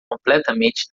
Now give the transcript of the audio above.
completamente